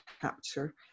capture